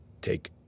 take